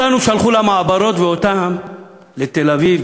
אותנו שלחו למעברות ואותם לתל-אביב,